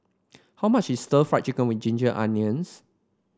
how much is stir Fry Chicken with Ginger Onions